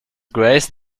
grace